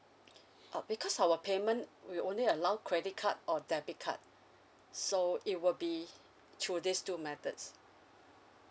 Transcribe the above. uh because our payment we only allow credit card or debit card so it will be through these two methods